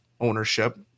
ownership